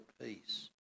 peace